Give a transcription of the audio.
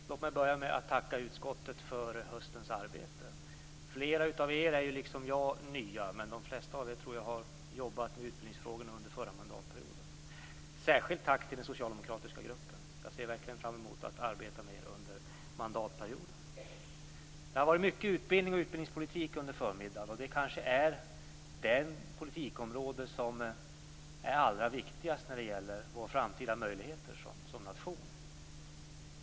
Fru talman! Låt mig börja med att tacka utskottet för höstens arbete. Flera av er är liksom jag nya, men de flesta av er tror jag har jobbat med utbildningsfrågorna under förra mandatperioden. Jag riktar ett särskilt tack till den socialdemokratiska gruppen. Jag ser verkligen fram emot att arbeta med er under mandatperioden. Det har varit mycket utbildning och utbildningspolitik under förmiddagen. Det kanske är det politikområde som är allra viktigast när det gäller våra framtida möjligheter som nation.